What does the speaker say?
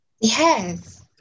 Yes